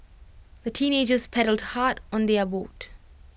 the teenagers paddled hard on their boat